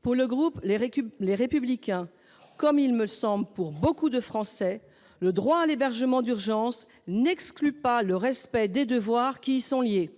Pour le groupe Les Républicains comme, me semble-t-il, pour beaucoup de Français, l'exercice du droit à l'hébergement d'urgence n'exclut pas le respect des devoirs qui y sont liés.